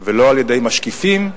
ולא על-ידי משקיפים.